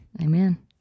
Amen